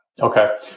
Okay